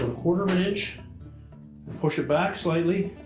ah quarter of an inch and push it back slightly,